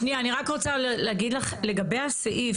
שנייה, אני רק רוצה להגיד לך לגבי סעיף